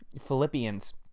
Philippians